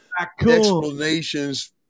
explanations